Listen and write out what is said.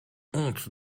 honte